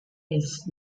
his